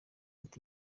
ati